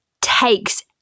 takes